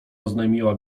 oznajmiła